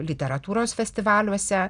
literatūros festivaliuose